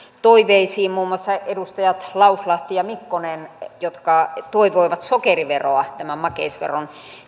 toiveisiin muun muassa edustajat lauslahti ja mikkonen toivoivat sokeriveroa tämän makeisveron